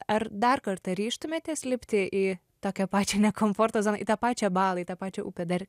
ar dar kartą ryžtumėtės lipti į tokią pačią ne komforto zoną į tą pačią balą į tą pačią upę dar